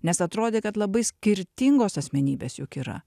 nes atrodė kad labai skirtingos asmenybės juk yra